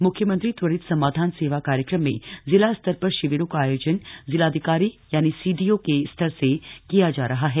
मुख्यमंत्री त्वरित समाधान सेवा कार्यक्रम में जिला स्तर पर शिविरों का आयोजन जिलाधिकारी सीडीओ के स्तर से किया जा रहा है